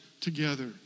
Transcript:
together